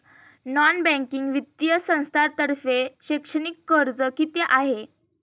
Non banking वित्तीय संस्थांतर्फे शैक्षणिक कर्ज किती आहे?